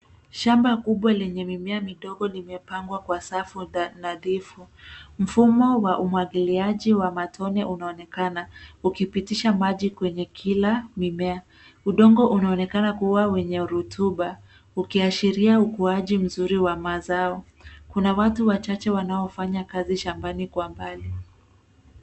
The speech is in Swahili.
Shamba kubwa lenye mimea midogo limepangwa kwa safu nadhifu. Mfumo wa umwgiliaji wa mtone unaonekana ukipitisha maji kwenye kila mimea. Udongo unaonekan kuwa wenye rotuba ukiashiria ukuaji mkubwa wa mazao. Kuna watu wachache wanaofanya kazi shambani kwa mbali.